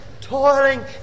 toiling